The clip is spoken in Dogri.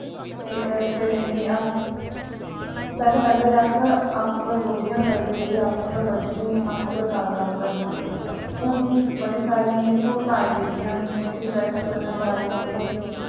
कि फिर इनें ई अस पैह्लैं ते अस आपूं गै गोडियां करदे हे आपूं गै बड्ढनी आपूं गै सारा कम्म करना हुन बड़ी सारी स्हूलतां आई गेदियां न जि'यां कि ट्रैक्टर कन्नै बाड़ी बांह्दे